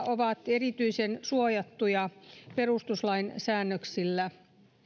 ovat erityisen suojattuja perustuslain säännöksillä